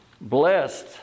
Blessed